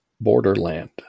borderland